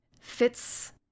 fits